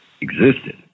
existed